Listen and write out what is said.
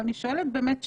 ואני שואלת באמת שאלה,